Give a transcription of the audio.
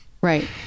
Right